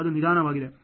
ಅದು ನಿಧಾನವಾಗಿದೆ